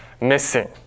missing